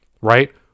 right